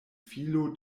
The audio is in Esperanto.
filo